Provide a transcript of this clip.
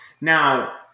Now